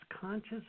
conscious